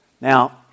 Now